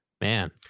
man